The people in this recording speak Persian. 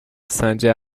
اسفنجی